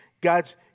God's